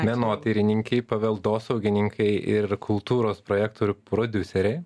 menotyrininkei paveldosaugininkei ir kultūros projektų prodiuserei